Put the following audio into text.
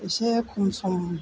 एसे खम सम